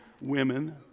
women